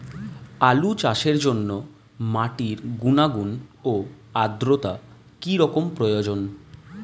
আলু চাষের জন্য মাটির গুণাগুণ ও আদ্রতা কী রকম প্রয়োজন?